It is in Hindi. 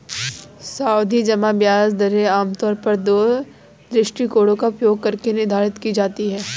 सावधि जमा ब्याज दरें आमतौर पर दो दृष्टिकोणों का उपयोग करके निर्धारित की जाती है